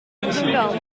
duivel